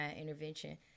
intervention